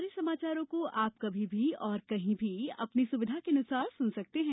हमारे समाचारों को अब आप कभी भी और कहीं भी अपनी सुविधा के अनुसार सुन सकर्ते हैं